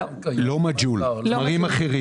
לא מג'הול אלא תמרים אחרים.